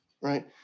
right